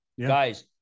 Guys